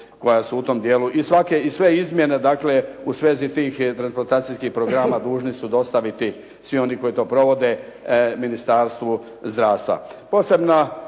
koja su u tom dijelu i sve izmjene dakle u svezi tih transplantacijskih programa dužni su dostaviti svi oni koji to provode Ministarstvu zdravstva.